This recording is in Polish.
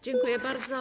Dziękuję bardzo.